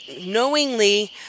knowingly